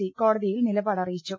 C കോടതിയിൽ നിലപാടറിയിച്ചു